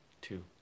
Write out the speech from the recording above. two